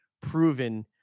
proven